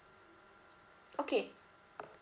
okay